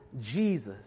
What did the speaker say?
Jesus